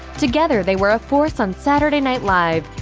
together they were a force on saturday night live,